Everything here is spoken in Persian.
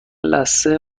لثه